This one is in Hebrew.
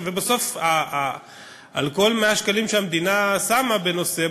ובסוף על כל 100 שקלים שהמדינה שמה בנושא,